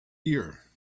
here